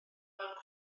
weld